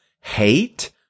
Hate